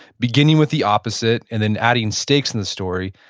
beginning with the opposite and then adding stakes in the story,